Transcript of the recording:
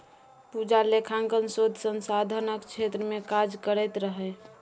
पूजा लेखांकन शोध संधानक क्षेत्र मे काज करैत रहय